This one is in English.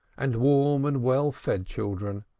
and warm and well-fed children